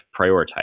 prioritize